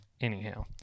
anyhow